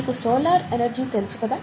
మీకు solar energy తెలుసు కదా